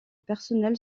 personnel